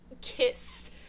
kiss